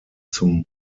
zum